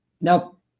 nope